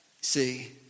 see